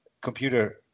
computer